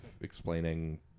explaining